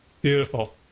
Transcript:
beautiful